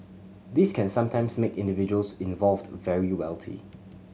this can sometimes make individuals involved very wealthy